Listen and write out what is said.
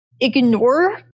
ignore